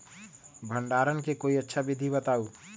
भंडारण के कोई अच्छा विधि बताउ?